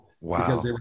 Wow